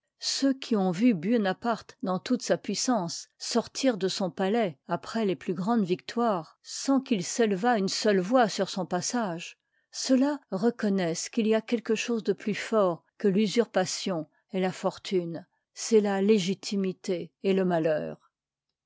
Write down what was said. ceux qui ont vu buonaparte dans toute sa puissance sortir de son palais après les plus grandes victoires sans qu'il s'élevât une seule voix sur liv ii son passage ceux-là reconnoissent qu'il y a quelque chose de plus fort que l'usurpation et la fortune c'est la légitimité et le malheur